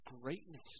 greatness